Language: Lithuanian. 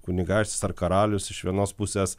kunigaikštis ar karalius iš vienos pusės